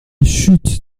chute